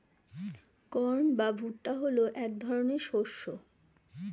corn বা ভুট্টা হলো এক ধরনের শস্য